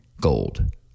gold